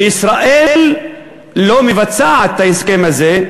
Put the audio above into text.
וישראל לא מקיימת את ההסכם הזה.